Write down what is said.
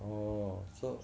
orh so